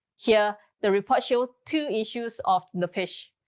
here, the report shows two issues of the page.